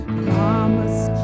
promise